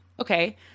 okay